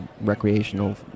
recreational